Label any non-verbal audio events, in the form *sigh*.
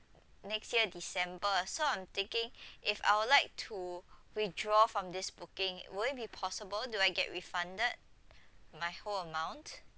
next year december so I'm thinking *breath* if I would like to *breath* withdraw from this booking will it be possible do I get refunded my whole amount